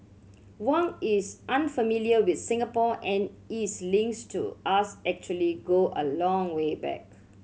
Wang is an unfamiliar with Singapore and his links to us actually go a long way back